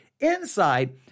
Inside